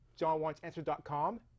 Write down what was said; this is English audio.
JohnWantsAnswer.com